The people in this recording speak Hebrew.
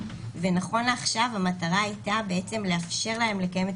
ונכון לעכשיו המטרה הייתה לאפשר להם לקיים את